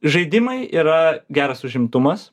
žaidimai yra geras užimtumas